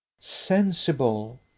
Sensible